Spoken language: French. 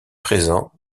présents